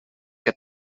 que